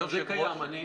היושב-ראש.